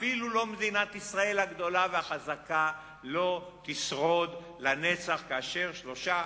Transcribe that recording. אפילו לא מדינת ישראל הגדולה והחזקה לא תשרוד לנצח כאשר 3,